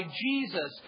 Jesus